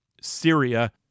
Syria